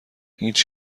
هیچ